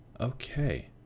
Okay